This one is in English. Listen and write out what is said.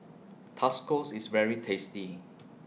Tascos IS very tasty